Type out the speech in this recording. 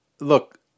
look